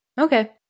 okay